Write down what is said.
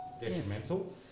detrimental